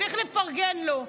צריך לפרגן לו,